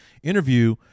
interview